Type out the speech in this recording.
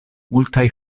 multaj